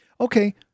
Okay